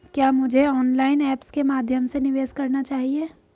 क्या मुझे online apps के माध्यम से निवेश करना चाहिए?